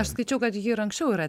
aš skaičiau kad ji ir anksčiau yra